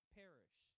perish